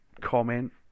comment